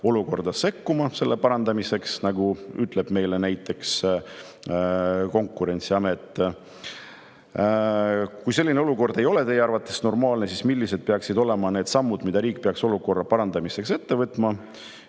olukorda sekkuma selle parandamiseks, nagu ütleb meile näiteks Konkurentsiamet? Kui selline olukord ei ole teie arvates normaalne, siis millised peaksid olema need sammud, mille riik peaks olukorra parandamiseks ette võtma?